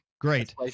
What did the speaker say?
Great